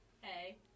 Hey